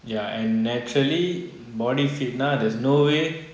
ya and naturally body fit நா:na there's no way